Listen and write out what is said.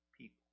people